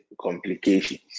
complications